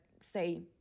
say